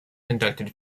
conducted